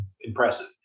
impressive